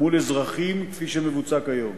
מול אזרחים, כפי שמבוצע כיום.